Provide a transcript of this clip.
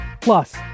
Plus